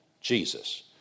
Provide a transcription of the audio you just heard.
Jesus